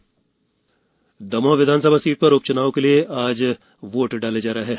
दुमोह उपचुनाव दमोह विधानसभा सीट पर उपच्नाव के लिए आज वोट डाले जा रहे हैं